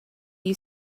you